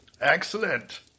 Excellent